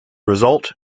result